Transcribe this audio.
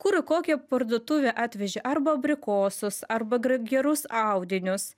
kur į kokią parduotuvę atvežė arba abrikosus arba gra gerus audinius